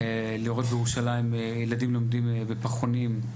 לא רק בירושלים הילדים לומדים בפחונים.